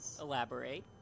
elaborate